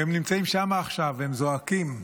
הם נמצאים שם עכשיו והם זועקים.